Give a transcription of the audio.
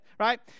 right